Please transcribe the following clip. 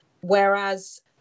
Whereas